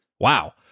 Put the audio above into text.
Wow